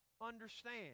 understand